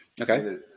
Okay